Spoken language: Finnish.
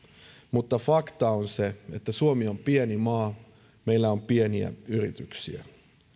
mutta fakta on se että suomi on pieni maa meillä on pieniä yrityksiä